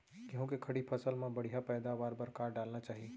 गेहूँ के खड़ी फसल मा बढ़िया पैदावार बर का डालना चाही?